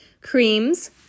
Creams